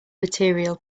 material